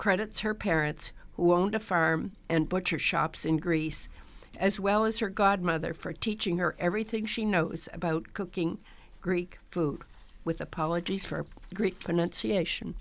credits her parents who owned a farm and butcher shops in greece as well as her godmother for teaching her everything she knows about cooking greek food with apologies for greek pronunciation